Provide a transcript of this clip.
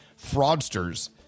fraudsters